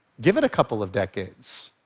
give it a couple of decades.